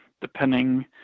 depending